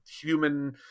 human